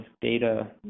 data